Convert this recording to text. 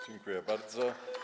Dziękuję bardzo.